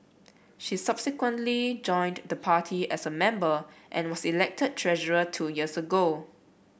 she subsequently joined the party as a member and was elected treasurer two years ago